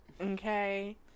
Okay